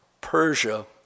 Persia